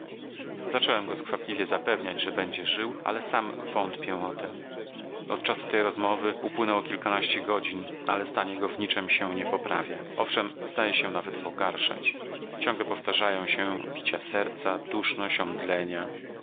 zacząłem go skwapliwie zapewniać że będzie żył ale sam wątpię o tem od czasu tej rozmowy upłynęło kilkanaście godzin ale stan jego w niczem się nie poprawia owszem zdaje się nawet pogarszać ciągle powtarzają się bicia serca duszność omdlenia nie